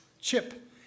chip